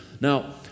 Now